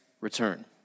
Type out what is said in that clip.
return